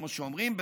כמו שאומרים,